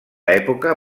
època